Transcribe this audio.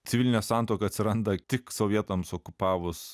civilinė santuoka atsiranda tik sovietams okupavus